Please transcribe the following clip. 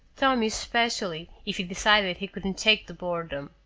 tommy especially, if he decided he couldn't take the boredom.